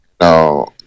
No